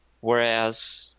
Whereas